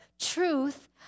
truth